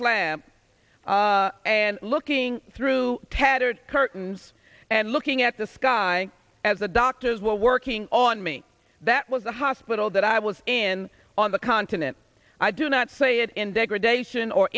slab and looking through tattered curtains and looking at the sky as the doctors were working on me that was the hospital that i was in on the continent i do not say it in degradation or